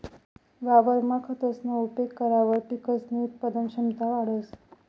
वावरमा खतसना उपेग करावर पिकसनी उत्पादन क्षमता वाढंस